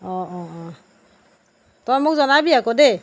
অঁ অঁ অঁ তই মোক জনাবি আকৌ দেই